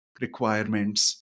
requirements